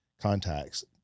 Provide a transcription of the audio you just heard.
contacts